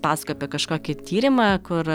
pasakojo apie kažkokį tyrimą kur